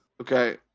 Okay